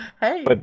hey